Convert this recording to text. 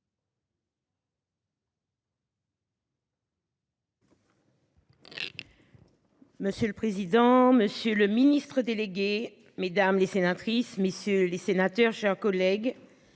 Monsieur le président, Monsieur le Ministre délégué. Mesdames les sénatrices messieurs les sénateurs, chers collègues.